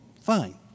Fine